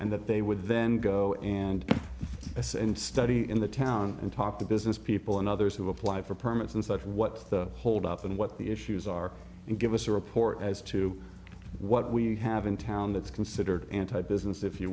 and that they would then go and ice and study in the town and talk to business people and others who apply for permits and stuff what's the hold up and what the issues are and give us a report as to what we have in town that's considered anti business if you